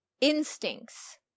instincts